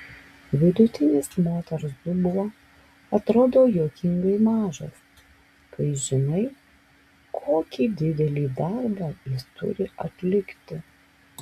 vidutinis moters dubuo atrodo juokingai mažas kai žinai kokį didelį darbą jis turi atlikti